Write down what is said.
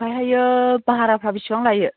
ओमफ्रायहायो भाराफोरा बेसेबां लायो